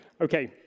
Okay